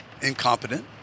incompetent